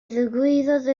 ddigwyddodd